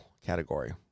category